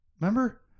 Remember